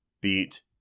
beat